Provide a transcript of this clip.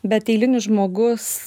bet eilinis žmogus